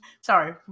Sorry